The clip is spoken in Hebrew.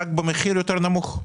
רק במחיר נמוך יותר.